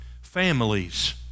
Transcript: Families